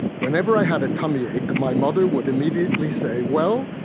whenever i had a tummy ache, my mother would immediately say, well,